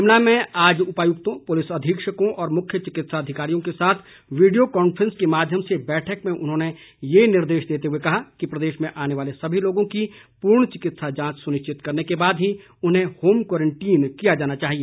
शिमला मे आज उपायुक्तों पुलिस अधीक्षकों और मुख्य चिकित्सा अधिकारियों के साथ वीडियो कांफ्रेंसिंग के माध्यम से बैठक में उन्होंने ये निर्देश देते हुए कहा कि प्रदेश में आने वाले सभी लोगों की पूर्ण चिकित्सा जांच सुनिश्चित करने के बाद ही उन्हें होम क्वारंटीन किया जाना चाहिए